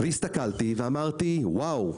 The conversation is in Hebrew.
אמרתי: ואו,